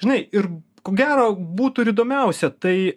žinai ir ko gero būtų ir įdomiausia tai